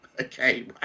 Okay